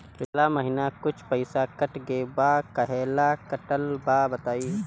पिछला महीना कुछ पइसा कट गेल बा कहेला कटल बा बताईं?